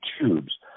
tubes